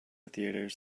theatres